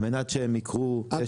על מנת שהם יקרו יש הרבה מאוד בעיות.